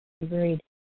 Agreed